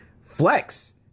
flex